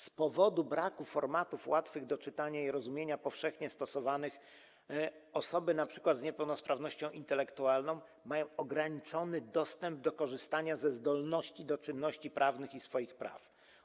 Z powodu braku formatów łatwych do czytania i rozumienia i powszechnie stosowanych osoby np. z niepełnosprawnością intelektualną mają ograniczony dostęp do korzystania ze zdolności do czynności prawnych i swoich praw.